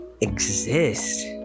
exist